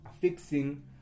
fixing